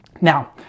Now